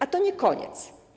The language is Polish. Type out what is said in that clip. A to nie koniec.